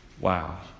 Wow